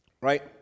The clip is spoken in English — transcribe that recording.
Right